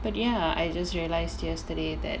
but ya I just realised yesterday that